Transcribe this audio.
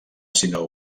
sinó